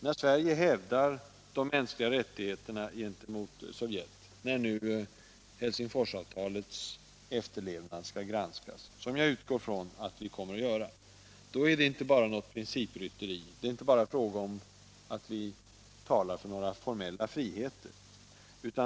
När Sverige hävdar de mänskliga rättigheterna vid granskningen av Helsingforsavtalets efterlevnad, vilket jag utgår från att vi kommer att göra, då är det inte bara fråga om något principrytteri, inte bara fråga om att vi talar för några formella friheter.